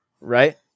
right